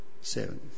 Seven